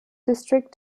district